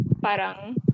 parang